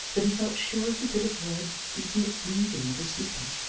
that he felt sure he could have heard even the breathing of a sleeper,